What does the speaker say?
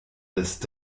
ist